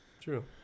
True